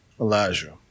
Elijah